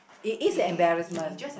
it is a embarrassment